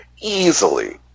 easily